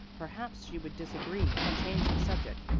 perhaps she would disagree and change the subject.